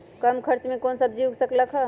कम खर्च मे कौन सब्जी उग सकल ह?